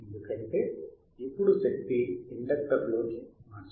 ఎందుకంటే ఇప్పుడు శక్తి ఇండక్టర్ లోకి మార్చబడుతుంది